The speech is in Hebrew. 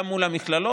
גם מול המכללות,